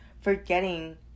forgetting